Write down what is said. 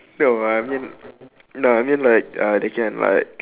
no I mean no I mean like uh they can like